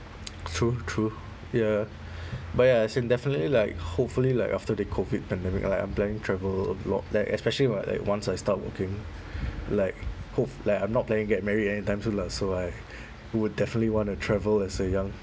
true true ya but ya as in definitely like hopefully like after the COVID pandemic like I'm planning to travel abroad like especially what like once I start working like hope like I'm not planning to get married anytime soon lah so I would definitely want to travel as a young